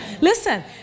Listen